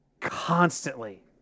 constantly